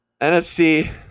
NFC